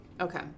okay